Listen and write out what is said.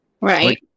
Right